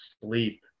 sleep